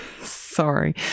Sorry